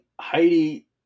Heidi